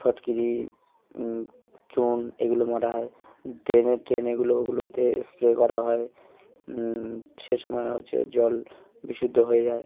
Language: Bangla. ফটকিরি চুন এগুলো মারা হয় ড্রেনে ড্রেনে এগুলো ওগুলোতে স্প্রে করা হয় সে সময় হচ্ছে জল বিশুদ্ধ হয়ে যায়